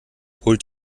holt